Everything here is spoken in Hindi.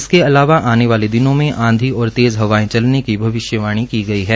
इसके अलावा आने वाले दिनों में आंधी और तेज हवाएं चलने की भविष्यवाणी की गई है